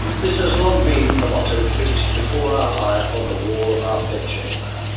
this has long been the motto, fixed before our eye upon the wall of our bed chamber.